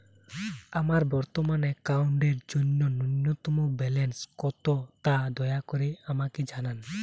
আমার বর্তমান অ্যাকাউন্টের জন্য ন্যূনতম ব্যালেন্স কত তা দয়া করে আমাকে জানান